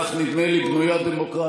כך, נדמה לי, בנויה דמוקרטיה.